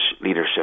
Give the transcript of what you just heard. leadership